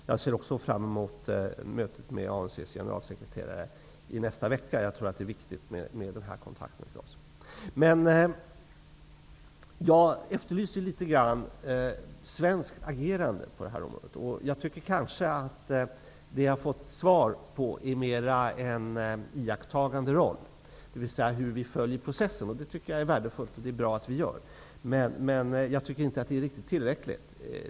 Jag ser också fram emot mötet med ANC:s generalsekreterare i nästa vecka. Det är viktigt med den här kontakten. Jag efterlyser ett svenskt agerande på det här området. Jag tycker att svaret mera gäller vår iakttagande roll, dvs. hur vi följer processen. Det är värdefullt och bra att vi gör det. Jag tycker dock inte att det är tillräckligt.